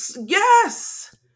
yes